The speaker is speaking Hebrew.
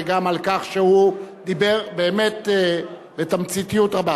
וגם על כך שהוא דיבר באמת בתמציתיות רבה.